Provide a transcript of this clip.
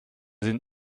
sind